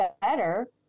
better